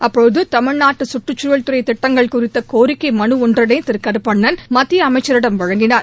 அப்போது தமிழ்நாட்டு கற்றுச்சூழல் துறை திட்டங்கள் குறித்த கோரிக்கை மனு ஒன்றினை திரு கருப்பண்ணன் மத்திய அமைச்சரிடம் அளித்தார்